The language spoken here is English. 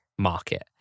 market